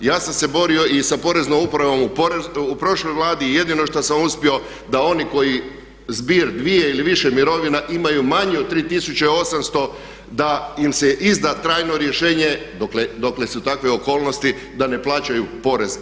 Ja sam se borio i sa Poreznom upravom u prošloj Vladi i jedino što sam uspio da oni koji zbir dvije ili više mirovina imaju manje od 3800 da im se izda trajno rješenje, dokle su takve okolnosti, da ne plaćaju porez.